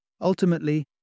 Ultimately